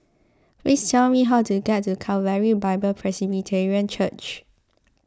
please tell me how to get to Calvary Bible Presbyterian Church